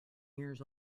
years